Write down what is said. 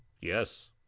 Yes